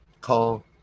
call